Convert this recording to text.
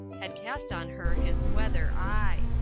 had cast on her his wether eye.